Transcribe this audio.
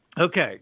Okay